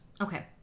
Okay